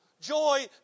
joy